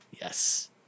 Yes